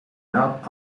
melk